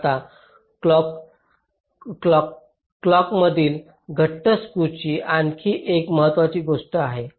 आता क्लॉकातील घट्ट स्क्यूची आणखी एक महत्वाची गोष्ट आहे